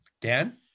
Dan